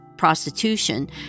prostitution